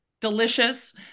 Delicious